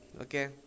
okay